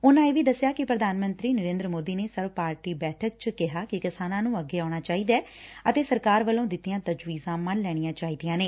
ਉਨਾਂ ਇਹ ਵੀ ਦਸਿਆ ਕਿ ਪ੍ਰਧਾਨ ਮੰਤਰੀ ਨਰੇਦਰ ਮੋਦੀ ਨੇ ਸਰਵ ਪਾਰਟੀ ਬੈਠਕ ਚ ਕਿਹਾ ਕਿ ਕਿਸਾਨਾਂ ਨੂੰ ਅੱਗੇ ਆਉਣਾ ਚਾਹੀਦੈ ਅਤੇ ਸਰਕਾਰ ਵਲੋਂ ਦਿੱਤੀਆਂ ਤਜਵੀਜ਼ਾਂ ਮੰਨ ਲੈਣੀਆਂ ਚਾਹੀਦੀਆਂ ਨੇ